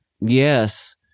Yes